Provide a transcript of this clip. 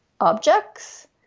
objects